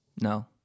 no